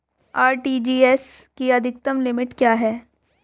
RTGS की अधिकतम limit क्या है?